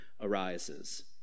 arises